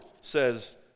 says